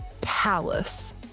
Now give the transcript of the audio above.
palace